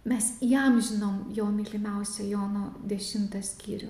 mes įamžinom jo mylimiausią jono dešimtą skyrių